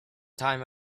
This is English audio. time